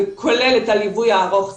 וכולל את הליווי הארוך טווח.